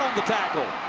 the tackle.